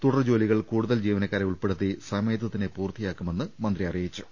തുടർ ജോലികൾ കൂടുതൽ ജീവനക്കാരെ ഉൾപ്പെടുത്തി സമയത്തു തന്നെ പൂർത്തിയാക്കുമെന്ന് അദ്ദേഹം പറഞ്ഞു